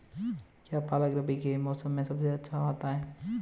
क्या पालक रबी के मौसम में सबसे अच्छा आता है?